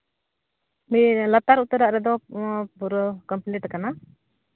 ᱞᱟᱹᱭᱫᱟ ᱞᱟᱛᱟᱨ ᱩᱛᱟᱹᱨᱟᱜ ᱨᱮᱫᱚ ᱯᱩᱨᱟᱹ ᱠᱚᱢᱯᱞᱤᱴ ᱠᱟᱱᱟ